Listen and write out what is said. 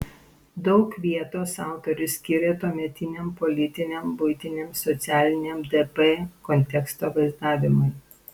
daug vietos autorius skiria tuometiniam politiniam buitiniam socialiniam dp konteksto vaizdavimui